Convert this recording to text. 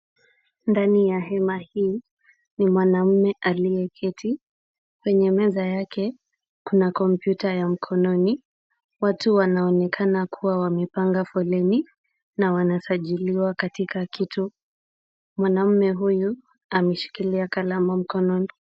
Ndani ya hema hii, ni mwanaume aliyeketi. Kwenye meza yake kuna kompyuta ya mkononi. Watu wanaonekana kuwa wamepanga foleni na wanasajiliwa katika kitu. Mwanaume huyu ameshikilia kalamu mkononi.